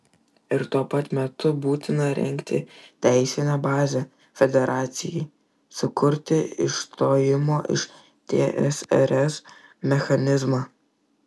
ir tuo pat metu būtina rengti teisinę bazę federacijai sukurti išstojimo iš tsrs mechanizmą